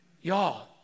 Y'all